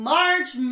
March